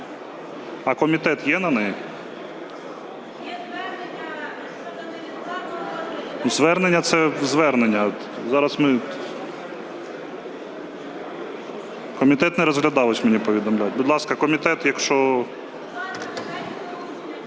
А комітет є на неї? (Шум у залі) Звернення – це звернення. Зараз ми… Комітет не розглядав, ось мені повідомляють. Будь ласка, комітет, якщо…